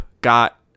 got